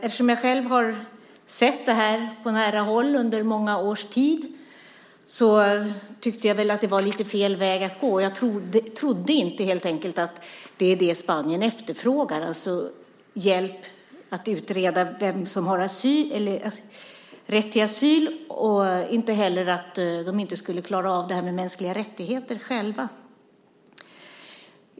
Eftersom jag själv har sett det här på nära håll under många års tid tyckte jag att det var lite fel väg att gå. Jag trodde helt enkelt inte att det är det Spanien efterfrågar, alltså hjälp att utreda vem som har rätt till asyl. Jag trodde inte heller att de inte skulle klara av det här med mänskliga rättigheter själva.